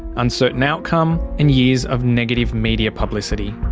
uncertain outcome, and years of negative media publicity.